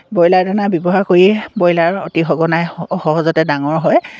broiler দানা ব্যৱহাৰ কৰি ব্ৰইলাৰ অতি সঘনাই অতি সহজতে ডাঙৰ হয়